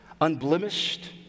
unblemished